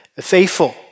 faithful